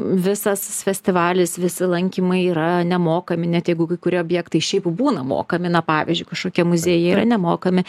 visas festivalis visi lankymai yra nemokami net jeigu kai kurie objektai šiaip būna mokami na pavyzdžiui kažkokie muziejai yra nemokami